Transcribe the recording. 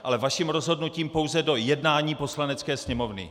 Ale vaším rozhodnutím pouze do jednání Poslanecké sněmovny.